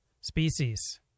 species